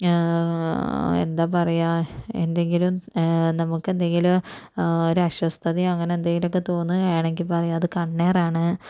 എന്താ പറയുക എന്തെങ്കിലും നമ്മുക്ക് എന്തെങ്കിലും ഒരു അസ്വസ്ഥതയോ അങ്ങനെ എന്തെങ്കിലും ഒക്കെ തോന്നുകയാണെങ്കിൽ പറയും അത് കണ്ണേറാണ്